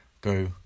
go